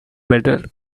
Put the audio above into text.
better